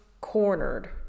Cornered